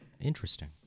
interesting